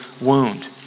wound